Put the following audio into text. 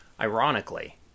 Ironically